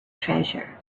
treasure